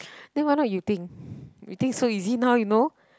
then why not you think you think so easy now you know